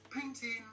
painting